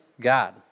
God